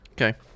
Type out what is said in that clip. Okay